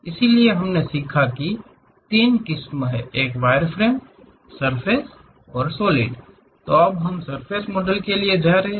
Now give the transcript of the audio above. इसलिए हमने सीखा कि तीन किस्में हैं एक वायरफ्रेम मॉडल सर्फ़ेस मॉडल और सॉलिड मॉडल तो अब हम इन सर्फ़ेस मॉडल के लिए जा रहे हैं